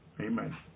Amen